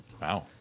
Wow